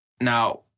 now